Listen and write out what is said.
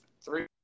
Three